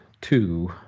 two